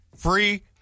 Free